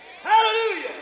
Hallelujah